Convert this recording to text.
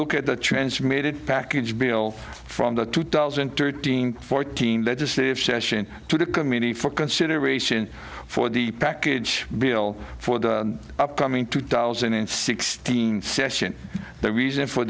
look at the transmitted package deal from the two thousand and thirteen fourteen legislative session to the committee for consideration for the package bill for the upcoming two thousand and sixteen session the reason for